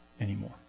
anymore